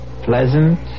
pleasant